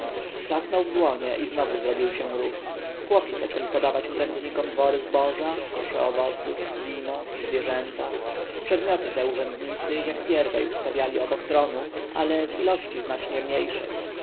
klasnął w ręce i znowu zrobił się ruch chłopi zaczęli podawać urzędnikom wory zboża kosze owoców wino zwierzęta przedmioty te urzędnicy jak pierwej ustawiali obok tronu ale w ilości znacznie mniejszej